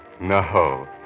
No